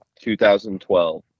2012